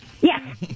Yes